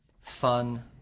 fun